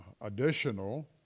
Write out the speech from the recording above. additional